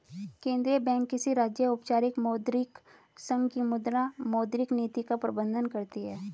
केंद्रीय बैंक किसी राज्य, औपचारिक मौद्रिक संघ की मुद्रा, मौद्रिक नीति का प्रबन्धन करती है